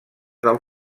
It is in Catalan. del